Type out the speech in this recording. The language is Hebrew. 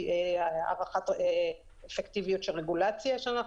הארכת אפקטיביות של רגולציה לה אנחנו